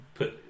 put